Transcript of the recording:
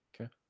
Okay